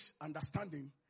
understanding